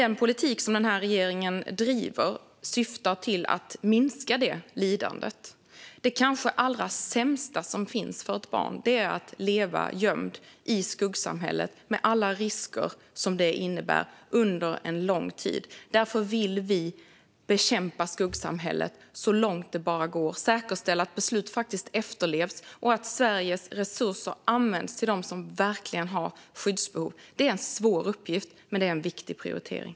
Den politik som regeringen driver syftar dock till att minska det lidandet. Det kanske allra sämsta för ett barn är att leva gömd i skuggsamhället, med alla risker det innebär, under lång tid. Därför vill vi bekämpa skuggsamhället så långt det bara går. Vi vill säkerställa att beslut faktiskt efterlevs och att Sveriges resurser används till dem som verkligen har skyddsbehov. Det är en svår uppgift. Men det är en viktig prioritering.